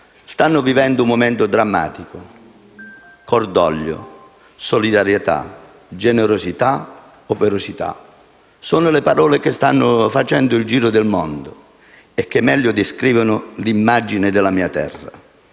stanno vivendo un momento drammatico. Cordoglio, solidarietà, generosità, operosità: sono le parole che stanno facendo il giro del mondo e che meglio descrivono l'immagine della mia terra.